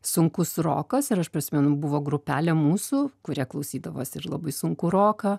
sunkus rokas ir aš ta prasme nu buvo grupelė mūsų kurie klausydavosi ir labai sunkų roką